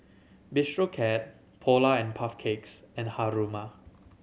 Bistro Cat Polar and Puff Cakes and Haruma